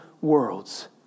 Worlds